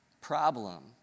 problem